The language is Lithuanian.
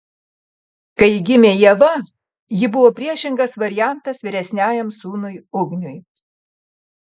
kai gimė ieva ji buvo priešingas variantas vyresniajam sūnui ugniui